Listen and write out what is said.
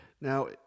Now